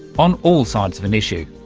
on all sides of an issue.